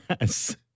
Yes